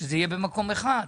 שזה יהיה במקום אחד.